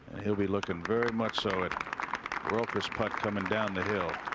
he'll be looking very much. so it roccas putt coming down the hill.